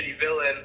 villain